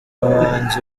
bahanzi